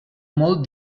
molt